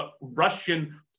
Russian